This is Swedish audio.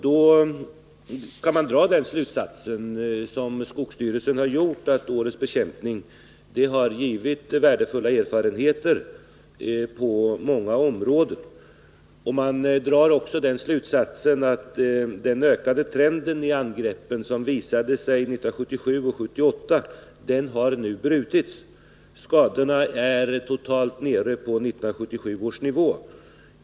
Då kan man dra den slutsatsen, som skogsstyrelsen har gjort, att årets bekämpning har givit värdefulla erfarenheter på många områden. Man kan också dra den slutsatsen att den ökade trenden i angreppen, som visade sig 1977 och 1978, nu har brutits. Skadorna är totalt nere på 1977 års nivå.